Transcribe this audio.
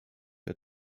der